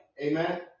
Amen